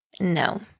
No